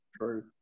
True